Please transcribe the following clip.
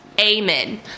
Amen